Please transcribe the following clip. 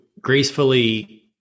gracefully